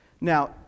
Now